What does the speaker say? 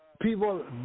people